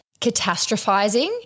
catastrophizing